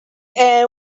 and